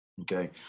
okay